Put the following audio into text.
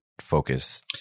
focus